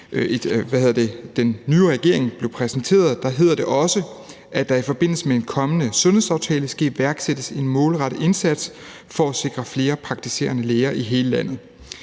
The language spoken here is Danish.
den nye regering blev præsenteret, står der også, at der i forbindelse med en kommende sundhedsaftale skal iværksættes en målrettet indsats for at sikre flere praktiserende læger i hele landet.